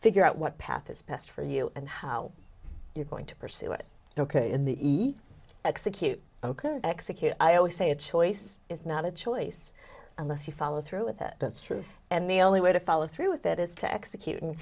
figure out what path is best for you and how you're going to pursue it ok in the execute ok execute i always say a choice is not a choice unless you follow through with it that's true and the only way to follow through with it is to executing